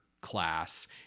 class